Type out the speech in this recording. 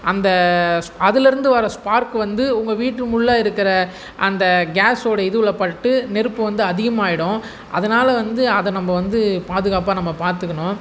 அந்த ஸ்ப் அதில் இருந்து வர்ற ஸ்பார்க்கு வந்து உங்கள் வீட்டு முள்ள இருக்கிற அந்த கேஸ்ஸோட இதுவில் பட்டு நெருப்பு வந்து அதிகமாயிடும் அதனால் வந்து அதை நம்ம வந்து பாதுகாப்பாக நம்ம பார்த்துக்குணும்